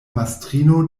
mastrino